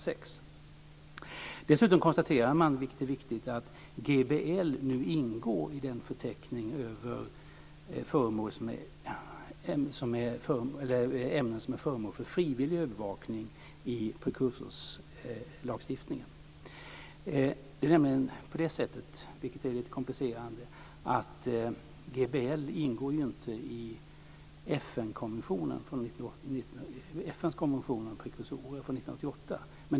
För det andra konstaterar man, vilket är viktigt, att GBL nu ingår i den förteckning över ämnen som är föremål för frivillig övervakning i prekursorslagstiftningen. Det är nämligen så, vilket är lite komplicerande, att GBL inte ingår i FN:s konvention om prekursorer från 1988.